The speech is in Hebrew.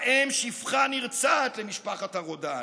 ובהם שפחה נרצעת למשפחת הרודן.